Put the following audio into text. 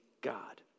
God